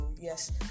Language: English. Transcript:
yes